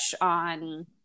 on